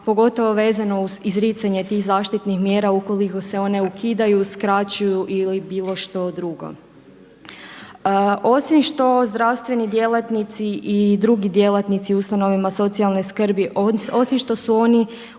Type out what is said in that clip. pogotovo vezano uz izricanje tih zaštitnih mjera ukoliko se one ukidaju, uskraćuju ili bilo što drugo. Osim što zdravstveni djelatnici i drugi djelatnici u ustanovama socijalne skrbi, osim što su oni